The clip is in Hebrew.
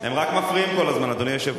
הם רק מפריעים כל הזמן, אדוני היושב-ראש.